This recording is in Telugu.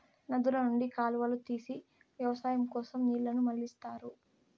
నదుల నుండి కాలువలు తీసి వ్యవసాయం కోసం నీళ్ళను మళ్ళిస్తారు